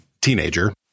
teenager